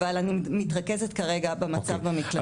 אבל אני מתרכזת כרגע במצב במקלטים.